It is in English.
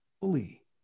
fully